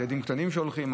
ילדים קטנים שהולכים.